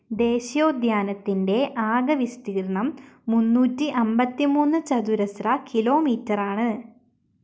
ദേശീയോദ്യാനത്തിന്റെ ആകെ വിസ്തീർണ്ണം മുന്നൂറ്റി അമ്പത്തി മൂന്ന് ചതുരശ്ര കിലോമീറ്റർ ആണ്